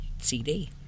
CD